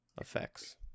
effects